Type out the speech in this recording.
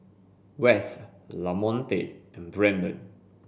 Wes Lamonte and Brannon